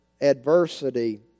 adversity